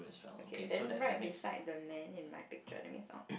okay then right beside the man in my picture that means on